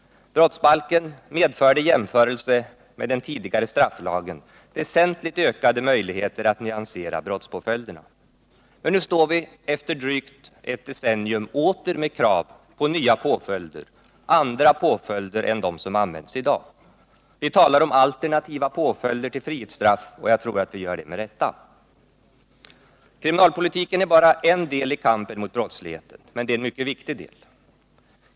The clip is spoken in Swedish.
Brottsbalken medförde i jämförelse med den tidigare strafflagen väsentligt ökade möjligheter att nyansera brottspåföljderna. Men nu står vi efter drygt ett decennium åter med krav på nya påföljder, andra än de som används i dag. Vi talar om alternativa påföljder till frihetsstraff, och jag tror att vi gör det med rätta. Kriminalpolitiken är bara en del av kampen mot brottsligheten, men det är en mycket viktig del.